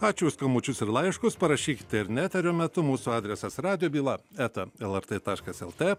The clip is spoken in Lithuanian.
ačiū už skambučius ir laiškus parašykite ir ne eterio metu mūsų adresas radiobyla eta lrt taškas lt